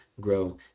grow